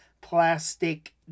plastic